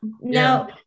No